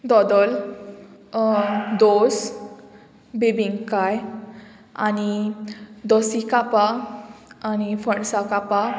दोदल दोस बेबिंगाय आनी दोसी कापां आनी फणसा कापा